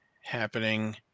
happening